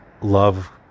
Love